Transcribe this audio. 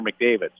McDavid